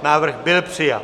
Návrh byl přijat.